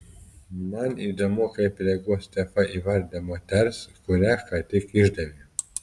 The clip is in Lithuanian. man įdomu kaip reaguos stefa į vardą moters kurią ką tik išdavė